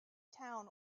town